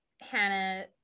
Hannah